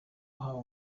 wahaye